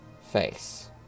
face